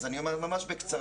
אז אני אומר ממש בקצרה.